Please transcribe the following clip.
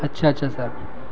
اچھا اچھا سر